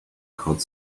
called